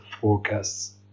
forecasts